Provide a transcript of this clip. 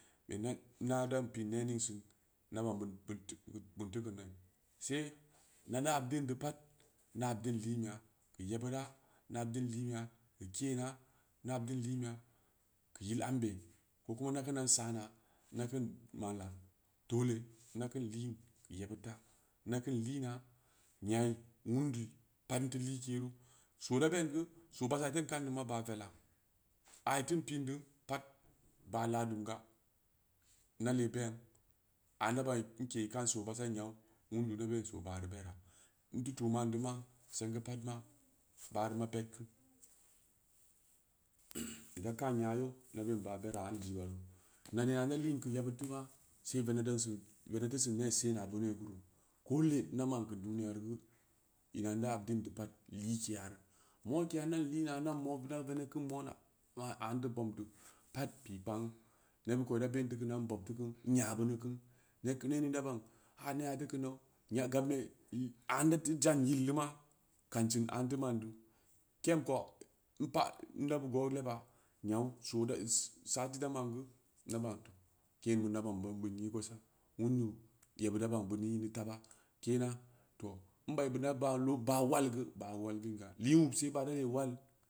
inda dan piin ne ning su inda baan bunteu-bun teu keu na'i se nena inda hab din deu pat inda habdin lin beya keu yebura inda habdin linbeya keu keena inda habdin linbeya keu yil ambe ko kuma inda keun dan sa na keun mala dole in da keun lin keu yebud ta in da keun linna nya'i wun duu'i pat in teu likeru soo da bedu geu soo baalisa iteun kaan deu ma baah vellaa a iteun piin deu pat baah ladum ga in da lee be'en ainda baan in ke ikaan so baahsa yau wundu inda bein soo baahreu bera in teu tuu man deu ma seng geu pat ma baahreu ma bedku ida kaan nya yeu inda bein baahreuma bera am jiba reu nana ina inda in keu yebud teu ma se veneb dansin veneb da sin ne se'ana boonau geu ruu ko lee inda ma'an keu duniyareu geu in a inda habdin deu pat likeyaru mokeya indan lina inda mo inda veneb keun mona a ida bomim deu pat pi kpanguu nebud kou ida benn teu keun beu in bob teu ku inya beunuku neg ne ning da ba'an ha neya teu keu nau riya gambe ianteu jan yil deu ma kan cin a inteu man deu keem kou in pa inda beu go leebah nyau so dau si sati da man geu in da ba'antu keen beu dan baan-baan beun ii gosa wundu yebureu idan baan beu neu ini taba kena tooh in bai buun da baah lo baah wal geu baah walmin ga li'in wub se baah da lee wal